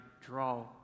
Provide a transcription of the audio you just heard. draw